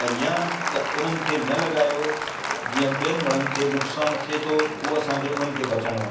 ऐं या त उन्हनि खे न लॻायो जीअं ॿियनि वणनि खे नुक़सान थिए थो उहा असांखे उन्हनि खे बचाइणो आहे